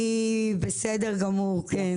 היא בסדר גמור, כן.